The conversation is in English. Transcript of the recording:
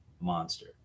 monster